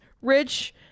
rich